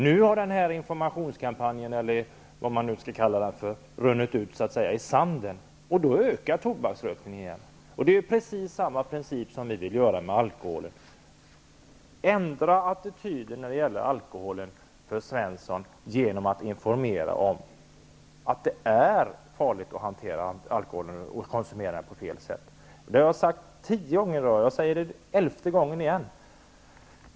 Nu har informationskampanjen runnit ut i sanden, och tobaksrökningen har ökat igen. Vi vill tillämpa samma princip när det gäller alkoholen. Det är fråga om att ändra attityden till alkoholen hos Svensson genom att informera om att det är farligt att konsumera alkohol på ett felaktigt sätt. Jag har sagt detta tio gånger i dag, och jag säger det för elfte gången.